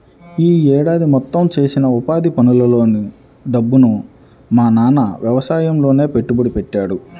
యీ ఏడాది మొత్తం చేసిన ఉపాధి పనుల డబ్బుని మా నాన్న యవసాయంలోనే పెట్టుబడి పెట్టాడు